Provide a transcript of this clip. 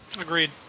Agreed